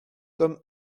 tome